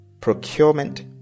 procurement